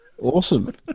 Awesome